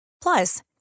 Plus